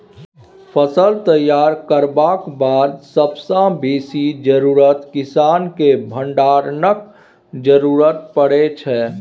फसल तैयार करबाक बाद सबसँ बेसी जरुरत किसानकेँ भंडारणक जरुरत परै छै